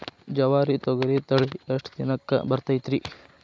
ಜವಾರಿ ತೊಗರಿ ತಳಿ ಎಷ್ಟ ದಿನಕ್ಕ ಬರತೈತ್ರಿ?